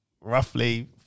roughly